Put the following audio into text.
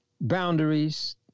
boundaries